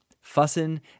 Fussin